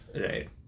Right